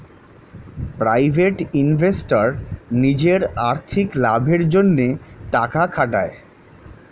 private investor নিজের আর্থিক লাভের জন্যে টাকা খাটায়